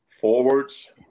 Forwards